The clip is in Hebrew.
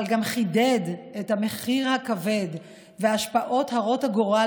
אבל הוא גם חידד את המחיר הכבד וההשפעות הרות הגורל